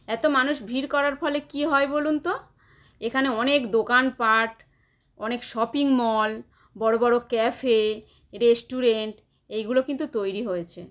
এতো মানুষ ভিড় করার ফলে কী হয় বলুন তো এখানে অনেক দোকান পাট অনেক শপিং মল বড় বড় ক্যাফে রেস্টুরেন্ট এইগুলো কিন্তু তৈরি হয়েছে